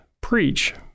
preach